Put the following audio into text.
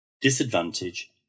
Disadvantage